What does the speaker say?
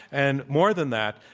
and, more than that,